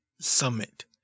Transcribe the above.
Summit